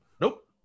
Nope